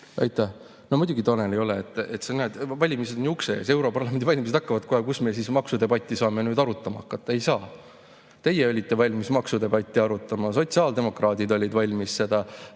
Aitäh! No muidugi, Tanel, ei ole. Sa näed, valimised on ju ukse ees: europarlamendi valimised hakkavad kohe. Kuidas me siis nüüd maksudebatti saame arutama hakata? Ei saa. Teie olite valmis maksudebatti arutama, sotsiaaldemokraadid olid valmis seda